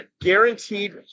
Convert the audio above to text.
guaranteed